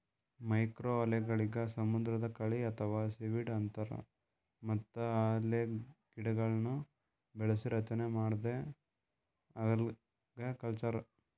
ಮೈಕ್ರೋಅಲ್ಗೆಗಳಿಗ್ ಸಮುದ್ರದ್ ಕಳಿ ಅಥವಾ ಸೀವೀಡ್ ಅಂತಾರ್ ಮತ್ತ್ ಅಲ್ಗೆಗಿಡಗೊಳ್ನ್ ಬೆಳಸಿ ರಚನೆ ಮಾಡದೇ ಅಲ್ಗಕಲ್ಚರ್